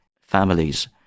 families